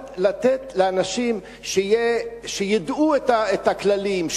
לתת קצת לאנשים שידעו את הכללים,